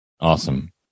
Awesome